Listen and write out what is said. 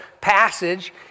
passage